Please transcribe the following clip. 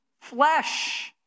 flesh